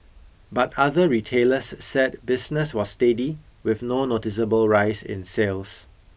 but other retailers said business was steady with no noticeable rise in sales